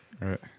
Right